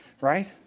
right